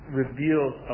reveals